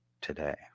today